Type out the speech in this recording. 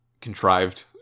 contrived